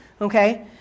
okay